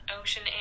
ocean